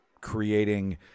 creating